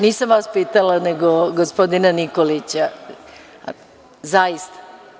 Nisam vas pitala, nego gospodina Nikolića, zaista.